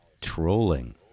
trolling